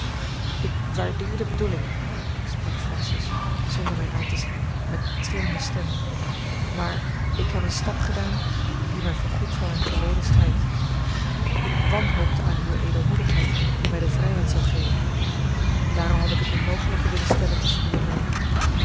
ik waardeer de bedoeling sprak francis zonder mij aan te zien met trillende stem maar ik heb een stap gedaan die mij voorgoed van mijn verleden scheidt ik wanhoopte aan uwe edelmoedigheid die mij de vrijheid zou geven daarom heb ik het onmogelijke willen stellen tusschen u en mij